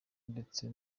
ndetse